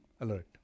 alert